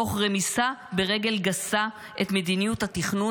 תוך רמיסה ברגל גסה של מדיניות התכנון